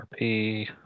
RP